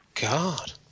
God